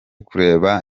kureba